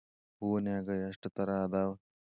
ಹೂನ್ಯಾಗ ಎಷ್ಟ ತರಾ ಅದಾವ್?